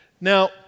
Now